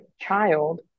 child